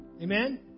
Amen